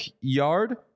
Yard